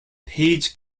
page